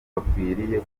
bakwiriye